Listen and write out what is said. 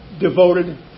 devoted